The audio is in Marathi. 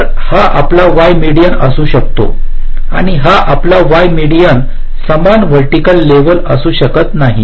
तर हा आपला y मीडियन असू शकतो आणि हा आपला y मीडियन समान व्हर्टिकल लेवल असू शकत नाही